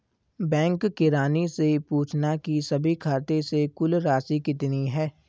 bank किरानी से पूछना की सभी खाते से कुल राशि कितनी है